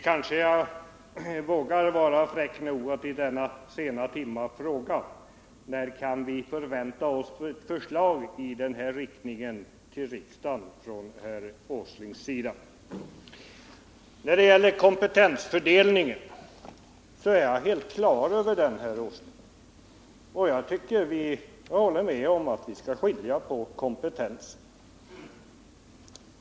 Kanske jag vågar vara fräck nog att i denna sena timme fråga: När kan vi förvänta oss förslag i den här riktningen till riksdagen från herr Åslings sida? Jag är helt på det klara med kompetensfördelningen, herr Åsling. Jag håller med om att vi skall skilja på kompetensen.